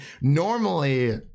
Normally